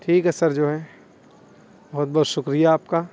ٹھیک ہے سر جو ہے بہت بہت شکریہ آپ کا